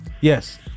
yes